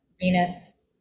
Venus